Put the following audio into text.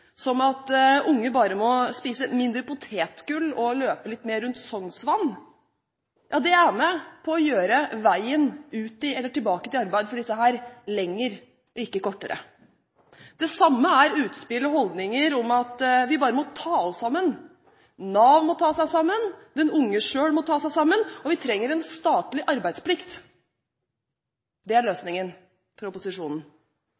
at unge må spise mindre potetgull og løpe litt mer rundt Sognsvann, er med på å gjøre veien ut i eller tilbake til arbeid lenger – ikke kortere. Det samme er utspill og holdninger om at man bare må ta seg sammen. Nav må ta seg sammen, den unge selv må ta seg sammen, og vi trenger en statlig arbeidsplikt – det er